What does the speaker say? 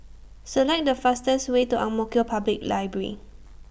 Select The fastest Way to Ang Mo Kio Public Library